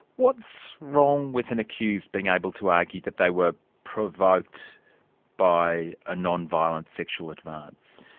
what's wrong with an accused being able to argue that they were provoked by a non-violent sexual advance?